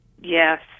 Yes